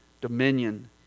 dominion